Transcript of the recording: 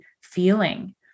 feeling